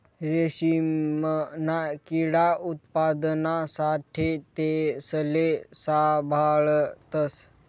रेशीमना किडा उत्पादना साठे तेसले साभाळतस